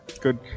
good